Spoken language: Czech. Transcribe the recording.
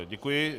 Děkuji.